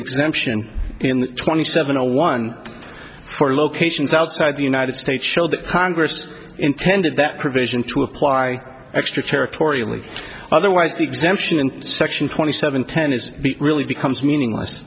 exemption in twenty seven zero one four locations outside the united states showed that congress intended that provision to apply extraterritorial or otherwise the exemption in section twenty seven ten is really becomes meaningless